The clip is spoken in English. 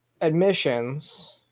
admissions